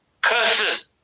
curses